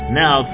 now